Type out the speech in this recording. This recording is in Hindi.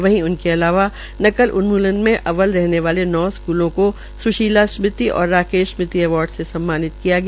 वही इनके अलावा नकल उन्मूलन में अव्वल रहने वाले नौ स्कूलों को सुशीला स्मृति और राकेश स्मृति अवार्ड से भी सम्मानित किया गया